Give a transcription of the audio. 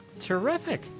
Terrific